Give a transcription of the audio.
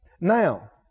now